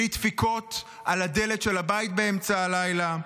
בלי דפיקות על הדלת של הבית באמצע הלילה.